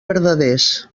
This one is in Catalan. verdaders